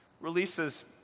releases